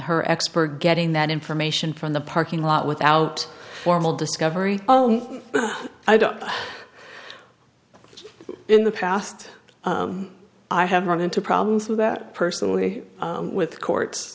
her expert getting that information from the parking lot without formal discovery i don't in the past i have run into problems with that personally with the court